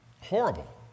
horrible